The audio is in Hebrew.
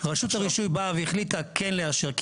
רשות הרישוי באה והחליטה כן לאשר.